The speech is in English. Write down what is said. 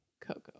Coco